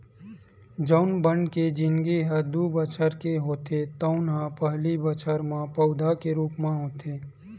जउन बन के जिनगी ह दू बछर के होथे तउन ह पहिली बछर म पउधा के रूप म होथे